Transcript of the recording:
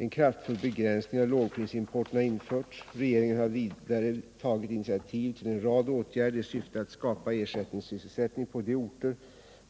En kraftfull begränsning av lågprisimporten har införts. Regeringen har vidare tagit initiativ till en rad åtgärder i syfte att skapa ersättningssysselsättning på de orter,